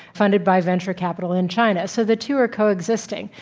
funded by venture capital in china. so, the two are coexisting,